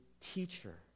teacher